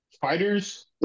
fighters